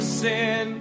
sin